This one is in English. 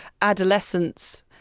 adolescence